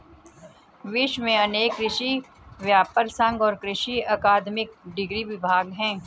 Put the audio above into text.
विश्व में अनेक कृषि व्यापर संघ और कृषि अकादमिक डिग्री विभाग है